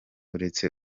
uretse